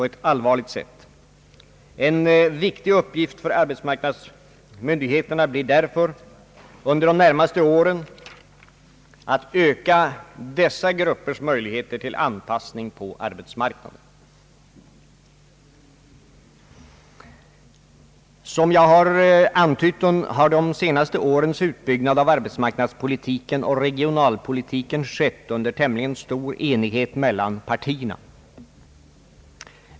En viktig uppgift för arbetsmarknadsmyndigheterna blir därför under de närmaste åren att öka dessa gruppers möjligheter till anpassning på arbetsmarknaden. Som jag har antytt har de senaste årens utbyggnad av arbetsmarknadspolitiken och regionalpolitiken skett under tämligen stor enighet mellan partierna.